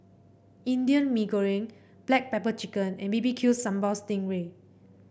Indian Mee Goreng Black Pepper Chicken and B B Q Sambal Sting Ray